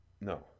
No